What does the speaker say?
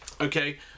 Okay